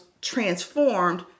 transformed